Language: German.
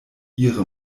ihre